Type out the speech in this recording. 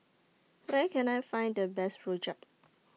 Where Can I Find The Best Rojak